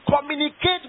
communicate